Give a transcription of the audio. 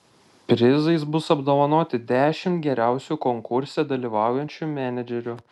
prizais bus apdovanoti dešimt geriausių konkurse dalyvaujančių menedžerių